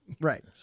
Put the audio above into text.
Right